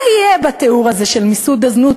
מה יהיה בתיאור הזה של מיסוד הזנות